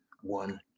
one